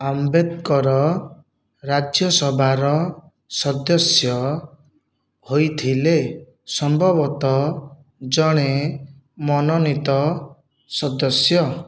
ଆମ୍ବେଦକର ରାଜ୍ୟସଭାର ସଦସ୍ୟ ହୋଇଥିଲେ ସମ୍ଭବତଃ ଜଣେ ମନୋନୀତ ସଦସ୍ୟ